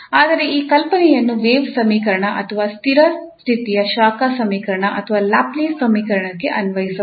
ಆದರೆ ಈ ಕಲ್ಪನೆಯನ್ನು ವೇವ್ ಸಮೀಕರಣ ಅಥವಾ ಸ್ಥಿರ ಸ್ಥಿತಿಯ ಶಾಖ ಸಮೀಕರಣ ಅಥವಾ ಲ್ಯಾಪ್ಲೇಸ್ ಸಮೀಕರಣಕ್ಕೆ ಅನ್ವಯಿಸಬಹುದು